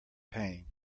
pain